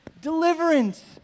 Deliverance